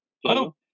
Hello